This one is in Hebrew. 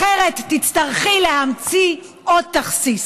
אחרת, תצטרכי להמציא עוד תכסיס.